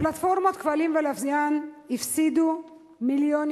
הפלטפורמות כבלים ולוויין הפסידו מיליונים,